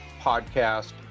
podcast